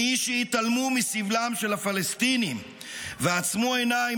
מי שהתעלמו מסבלם של הפלסטינים ועצמו עיניים